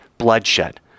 bloodshed